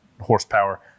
horsepower